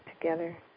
together